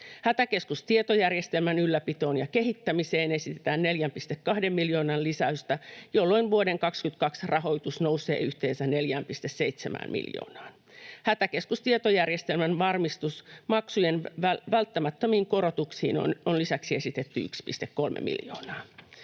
Hätäkeskustietojärjestelmän ylläpitoon ja kehittämiseen esitetään 4,2 miljoonan lisäystä, jolloin vuoden 22 rahoitus nousee yhteensä 4,7 miljoonaan. Hätäkeskustietojärjestelmän varmistusmaksujen välttämättömiin korotuksiin on lisäksi esitetty 1,3 miljoonaa.